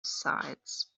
sides